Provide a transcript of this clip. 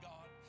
God